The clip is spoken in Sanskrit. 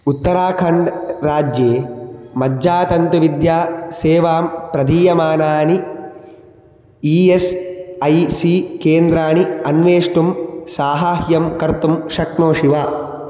उत्तराखण्ड् राज्ये मज्जातन्तविद्या सेवां प्रदीयमानानि ई एस् ऐ सी केन्द्राणि अन्वेष्टुं साहाय्यं कर्तुं शक्नोषि वा